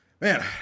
Man